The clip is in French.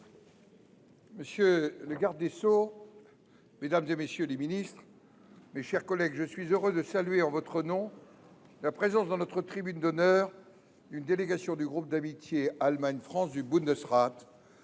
sur le territoire. Mesdames, messieurs les ministres, mes chers collègues, je suis heureux de saluer en votre nom la présence dans notre tribune d’honneur d’une délégation du groupe d’amitié Allemagne France du Bundesrat,